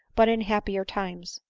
but in happier times!